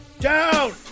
down